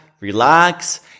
relax